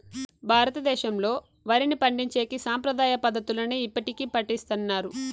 భారతదేశంలో, వరిని పండించేకి సాంప్రదాయ పద్ధతులనే ఇప్పటికీ పాటిస్తన్నారు